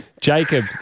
Jacob